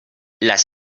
las